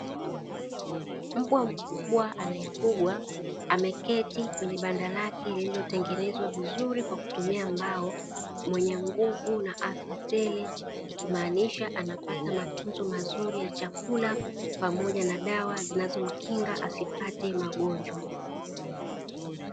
Mbwa mkubwa anayefugwa, ameketi kwenye banda lake lililotengenezwa vizuri kwa kutumia mbao, mwenye nguvu na afya tele, ikimaanisha anapata matunzo mazuri ya chakula pamoja na dawa zinazomkinga asipate magonjwa.